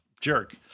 jerk